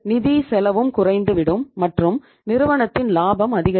நிதிச் செலவும் குறைந்துவிடும் மற்றும் நிறுவனத்தின் லாபம் அதிகரிக்கும்